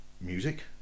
Music